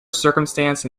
circumstance